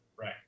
right